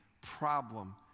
problem